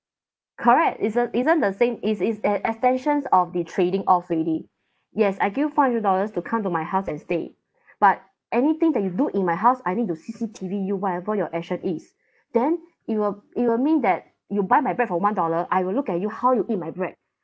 correct isn't isn't the same is is at extensions of the trading off already yes I give your four hundred dollars to come to my and stay but anything that you do in my house I need to C_C_T_V you whatever your action is then it will it will mean that you buy my bread for one dollar I will look at you how you eat my bread